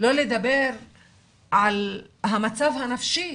שלא לדבר על המצב הנפשי